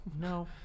No